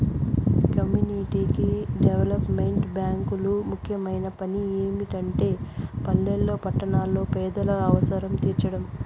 community development బ్యేంకులు ముఖ్యమైన పని ఏమిటంటే పల్లెల్లో పట్టణాల్లో పేదల అవసరం తీర్చడం